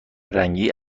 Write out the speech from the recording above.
رنگی